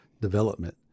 development